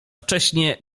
wcześnie